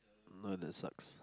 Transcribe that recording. not that sucks